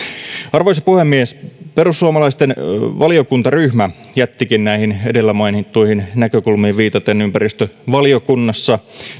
arvoisa puhemies perussuomalaisten valiokuntaryhmä jättikin näihin edellä mainittuihin näkökulmiin viitaten ympäristövaliokunnassa